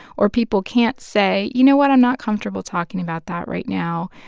or people can't say, you know what? i'm not comfortable talking about that right now.